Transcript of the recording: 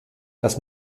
dass